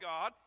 God